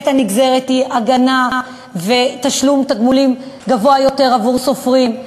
הנגזרת היא הגנה ותשלום תגמולים גבוה יותר לסופרים?